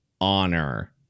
honor